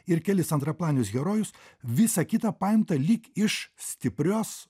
ir kelis antraplanius herojus visą kitą paimtą lyg iš stiprios